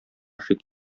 шик